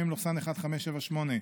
מ/1578.